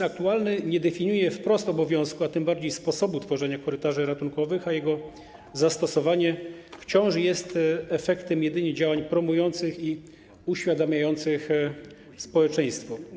Aktualny przepis nie definiuje wprost obowiązku, a tym bardziej sposobu tworzenia korytarzy ratunkowych, a jego zastosowanie wciąż jest efektem jedynie działań promujących i uświadamiających społeczeństwo.